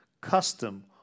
custom